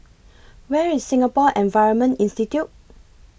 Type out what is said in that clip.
Where IS Singapore Environment Institute